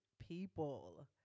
people